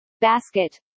basket